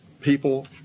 people